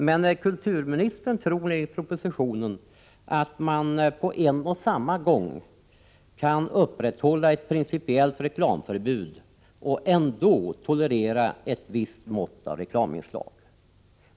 Men kulturministern tror enligt propositionen att man på en och samma gång kan upprätthålla ett principiellt reklamförbud och ändå tolerera ett visst mått av reklaminslag.